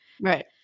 Right